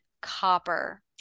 copper